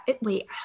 Wait